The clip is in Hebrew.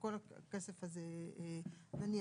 על כל הכסף הזה, נניח.